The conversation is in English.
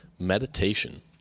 meditation